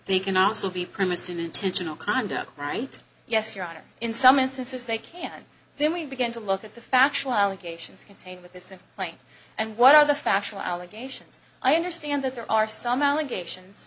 they can also be premised on intentional conduct ninety yes your honor in some instances they can then we begin to look at the factual allegations contained with this in plain and what are the factual allegations i understand that there are some allegations